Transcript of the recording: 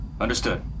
Understood